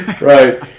Right